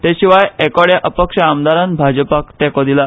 तेशिवाय एकोड्या अपक्ष आमदारान भाजपाक तेको दिला